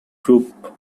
group